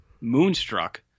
Moonstruck